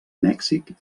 mèxic